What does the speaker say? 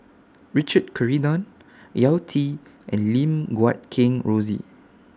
Richard Corridon Yao Zi and Lim Guat Kheng Rosie